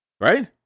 Right